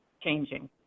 changing